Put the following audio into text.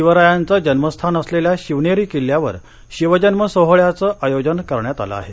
शिवरायांचं जन्मस्थान असलेल्या शिवनेरी किल्ल्यावर शिवजन्म सोहळ्याचं आयोजन करण्यात आलं आहे